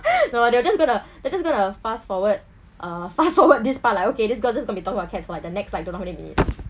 no they're just gonna they're just gonna fast forward uh fast forward this part like okay this girl just gonna be talking about cats for like the next like don't know how many minutes